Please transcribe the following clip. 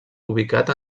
ubicat